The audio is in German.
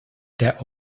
der